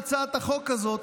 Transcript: אתה חתום על הצעת החוק הזאת,